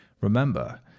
remember